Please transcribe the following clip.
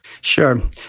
sure